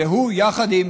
והוא, יחד עם